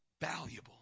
valuable